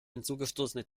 hinzugestoßene